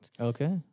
Okay